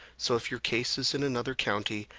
so if your case is in another county,